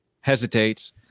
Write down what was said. hesitates